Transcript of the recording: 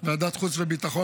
ועדת חוץ וביטחון,